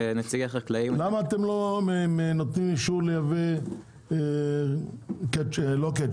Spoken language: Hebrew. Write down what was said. למה אתם לא נותנים אישור לייבוא רכז